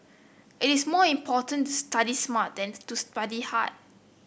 it is more important to study smart than to study hard